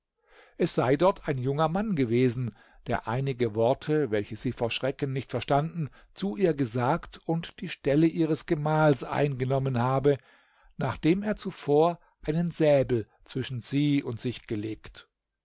es sei dort ein junger mann gewesen der einige worte welche sie vor schrecken nicht verstanden zu ihr gesagt und die stelle ihres gemahls eingenommen habe nachdem er zuvor einen säbel zwischen sie und sich gelegt